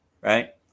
right